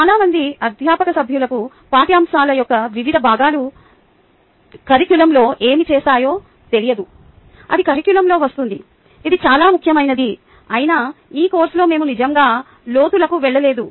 చాలా మంది అధ్యాపక సభ్యులకు పాఠ్యాంశాల యొక్క వివిధ భాగాలు కర్రికులంలో ఏమి చేస్తాయో తెలియదు అది కర్రికులంలో వస్తుంది ఇది చాలా ముఖ్యమైనది అయిన ఈ కోర్సులో మేము నిజంగా లోతులోకి వెళ్ళలేదు